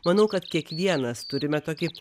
manau kad kiekvienas turime tokį